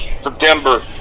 September